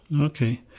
Okay